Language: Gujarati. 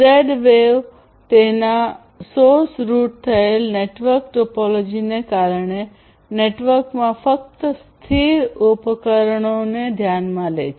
ઝેડ વેવ તેના સ્રોત રૂટ થયેલ નેટવર્ક ટોપોલોજીને કારણે નેટવર્કમાં ફક્ત સ્થિર ઉપકરણોને ધ્યાનમાં લે છે